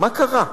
מה קרה?